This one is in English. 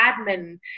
admin